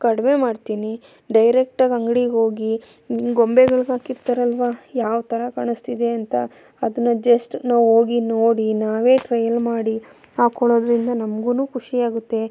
ಕಡಿಮೆ ಮಾಡ್ತೀನಿ ಡೈರೆಕ್ಟಾಗಿ ಅಂಗ್ಡಿಗೆ ಹೋಗಿ ಗೊಂಬೆಗಳ್ಗೆ ಹಾಕಿರ್ತಾರಲ್ವ ಯಾವ ಥರ ಕಾಣಿಸ್ತಿದೆ ಅಂತ ಅದನ್ನು ಜಶ್ಟ್ ನಾವು ಹೋಗಿ ನೋಡಿ ನಾವೇ ಟ್ರಯಲ್ ಮಾಡಿ ಹಾಕೊಳ್ಳೋದ್ರಿಂದ ನಮಗೂನು ಖುಷಿಯಾಗುತ್ತೆ